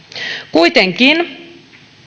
kuitenkin